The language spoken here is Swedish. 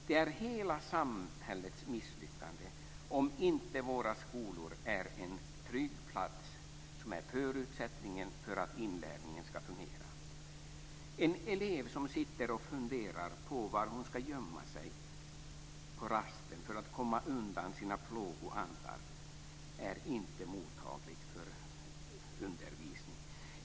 Det är hela samhällets misslyckande om inte våra skolor är den trygga plats som är en förutsättning för att inlärningen skall fungera. En elev som sitter och funderar på var hon skall gömma sig på rasten för att komma undan sina plågoandar är inte mottaglig för undervisning.